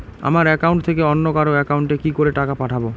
আমার একাউন্ট থেকে অন্য কারো একাউন্ট এ কি করে টাকা পাঠাবো?